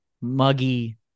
muggy